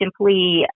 simply